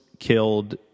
killed